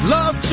Love